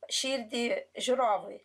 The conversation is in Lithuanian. širdį žiūrovui